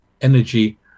energy